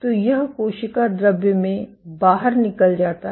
तो यह कोशिका द्रव्य में बाहर निकल जाता है